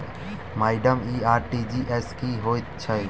Madam इ RTGS की होइ छैय?